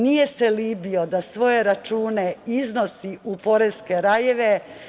Nije se libio da svoje račune iznosi u poreske rajeve.